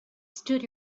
stood